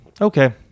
Okay